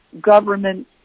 government